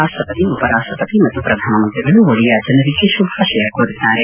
ರಾಪ್ಪಪತಿ ಉಪರಾಪ್ಪಪತಿ ಮತ್ತು ಪ್ರಧಾನಮಂತ್ರಿಗಳು ಒಡಿಯಾ ಜನರಿಗೆ ಶುಭಾಶಯ ಕೋರಿದ್ದಾರೆ